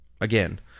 Again